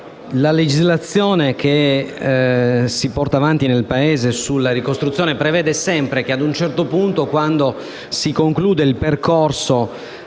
la legislazione che si porta avanti nel Paese per quanto riguarda le ricostruzioni prevede sempre che, ad un certo punto, quando si conclude il percorso